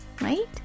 right